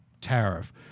tariff